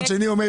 הצד השני באוצר,